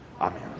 Amen